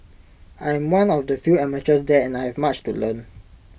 I'm one of the few amateurs there and I have much to learn